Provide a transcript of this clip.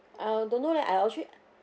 uh don't know I actually